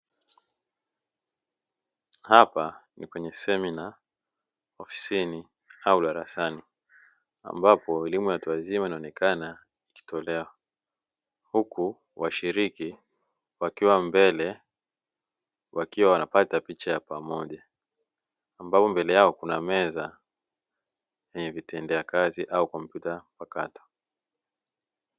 Hapa ni kwenye semina ofisini au darasani ambapo elimu ya watu wazima inaonekana ikitolewa, huku washiriki wakiwa mbele wakiwa wanapata picha ya pamoja. Ambapo mbele yao kuna meza yenye vitendea kazi au kompyuta mpakato.